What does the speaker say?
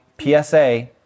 PSA